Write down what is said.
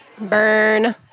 Burn